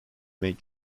made